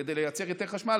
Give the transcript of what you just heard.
כדי לייצר יותר חשמל,